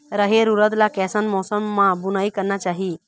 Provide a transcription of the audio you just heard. रहेर उरद ला कैसन मौसम मा बुनई करना चाही?